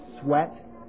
sweat